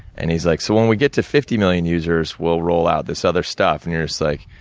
and, he's like, so, when we get to fifty million users, we'll roll out this other stuff. and, you're just like,